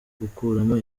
gukuramo